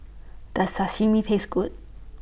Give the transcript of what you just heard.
Does Sashimi Taste Good